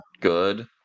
good